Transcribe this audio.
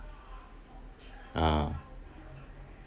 ah